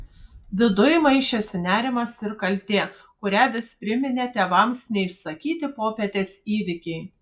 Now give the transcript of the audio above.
viduj maišėsi nerimas ir kaltė kurią vis priminė tėvams neišsakyti popietės įvykiai